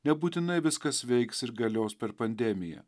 nebūtinai viskas veiks ir galios per pandemiją